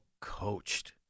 coached